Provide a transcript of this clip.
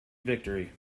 victory